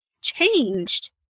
changed